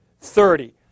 thirty